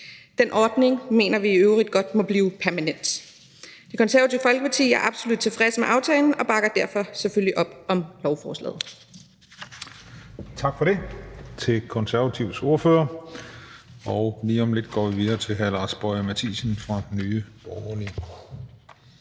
Den ordning mener vi i øvrigt godt må blive permanent. Det Konservative Folkeparti er absolut tilfredse med aftalen og bakker derfor selvfølgelig op om lovforslaget. Kl. 16:18 Den fg. formand (Christian Juhl): Tak for det til Konservatives ordfører. Og lige om lidt går vi videre til hr. Lars Boje Mathiesen fra Nye Borgerlige.